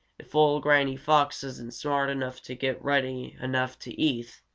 if ol' granny fox isn't smart enough to get reddy enough to eat,